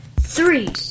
Three